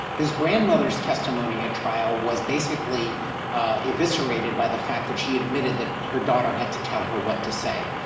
his grandmother's testimony at trial was basically eviscerated by the fact that she admitted that her daughter had to tell her what to say.